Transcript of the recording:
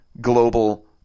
global